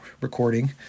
recording